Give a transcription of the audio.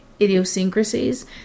idiosyncrasies